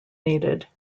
needed